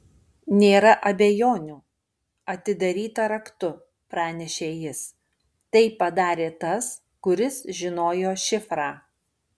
nėra abejonių atidaryta raktu pranešė jis tai padarė tas kuris žinojo šifrą